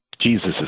Jesus